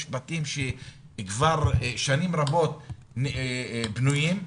יש בתים שכבר שנים רבות בנויים.